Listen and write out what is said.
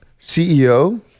CEO